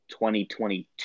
2022